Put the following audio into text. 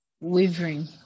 wavering